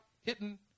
hitting